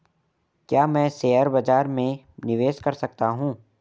क्या मैं शेयर बाज़ार में निवेश कर सकता हूँ?